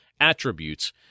Attributes